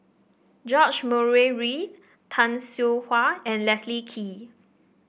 George Murray Reith Tay Seow Huah and Leslie Kee